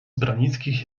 branickich